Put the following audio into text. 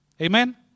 Amen